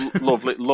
Lovely